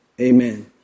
Amen